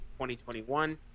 2021